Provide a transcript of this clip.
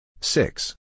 Six